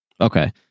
okay